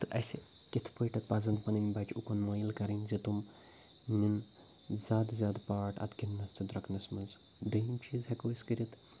تہٕ اَسہِ کِتھ پٲٹھۍ پَزَن پَنٕنۍ بَچہِ اُکُن مٲیِل کَرٕنۍ زِ تٕم نِنۍ زیادٕ زیادٕ پاٹ اَتھ گِنٛدنَس تہٕ درٛوٚکنَس منٛز دوٚیِم چیٖز ہٮ۪کو أسۍ کٔرِتھ